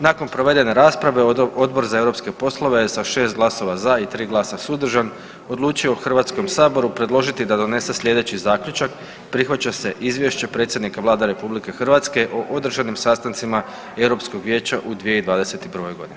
Nakon provedene rasprave Odbor za europske poslove je sa šest glasova za i tri glasa suzdržan odlučio HS-u predložiti da donese sljedeći zaključak „Prihvaća se Izvješće predsjednika Vlade RH o održanim sastancima Europskog vijeća u 2021.g.